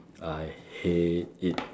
I hate it